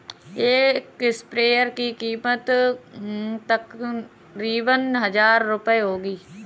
एक स्प्रेयर की कीमत तकरीबन हजार रूपए होगी